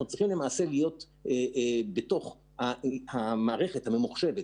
אנחנו צריכים להיות בתוך המערכת הממוחשבת